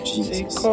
Jesus